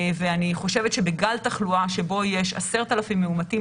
ואני חושבת שבגל תחלואה שבו יש 10,000 מאומתים